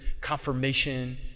confirmation